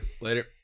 Later